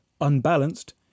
unbalanced